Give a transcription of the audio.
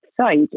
site